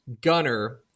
gunner